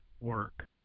work